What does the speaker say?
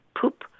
poop